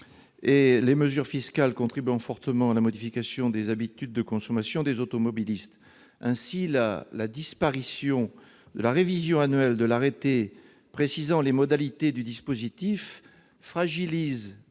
les mesures fiscales contribuant fortement à la modification des habitudes de consommation des automobilistes. Dans ce contexte, la disparition de la révision annuelle de l'arrêté précisant les modalités du dispositif fragiliserait